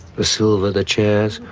the silver, the chairs,